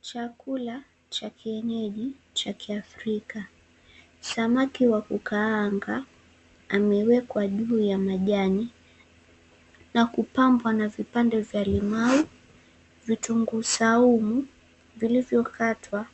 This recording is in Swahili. Chakula cha kienyeji cha Kiafrika. Samaki wa kukaanga, amewekwa juu ya majani na kupambwa na vipande vya limau, vitunguu saumu vilivyokatwa,